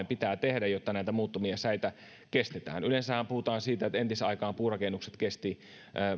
pitää tehdä jotta näitä muuttuvia säitä kestetään yleensähän puhutaan siitä että entisaikaan puurakennukset kestivät